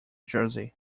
jersey